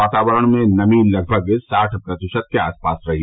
वातावरण में नमी लगभग साठ प्रतिशत के आसपास रही